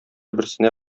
берсенә